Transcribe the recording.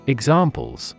Examples